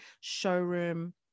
showroom